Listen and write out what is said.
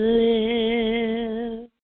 live